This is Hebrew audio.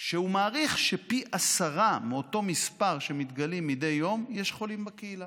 שהוא מעריך שפי עשרה מאותו מספר שמתגלים מדי יום יש חולים בקהילה,